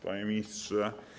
Panie Ministrze!